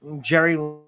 Jerry